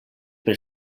per